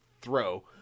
throw